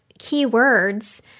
keywords